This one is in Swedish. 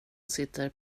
sitter